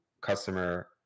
customer